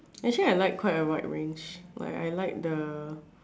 actually I like quite a wide range like I like the